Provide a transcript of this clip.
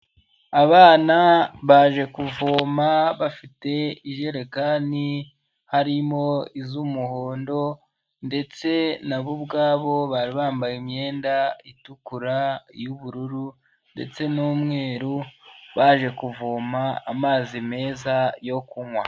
Abana baje kuvoma bafite ijerekani, harimo iz'umuhondo ndetse nabo ubwabo bari bambaye imyenda itukura, y'ubururu ndetse n'umweru, baje kuvoma amazi meza yo kunywa.